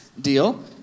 deal